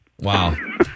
Wow